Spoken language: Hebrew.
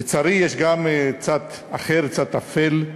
לצערי יש גם צד אחר, צד אפל.